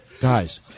Guys